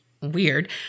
weird